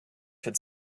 could